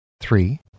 Three